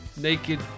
Naked